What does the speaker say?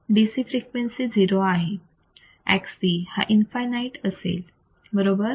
DC frequency zero आहे Xc हा infinite असेल बरोबर